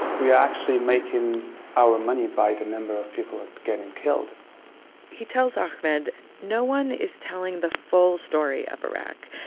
we are actually making our money by the number of people getting killed he tells ahmad um and no one is telling the full story of iraq.